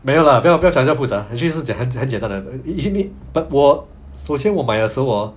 没有 lah 不要不要想这样复杂 actually 是简是很简单的 actually but 我首先我买的时候 hor